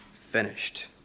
finished